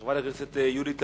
חברת הכנסת יולי תמיר,